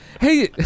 hey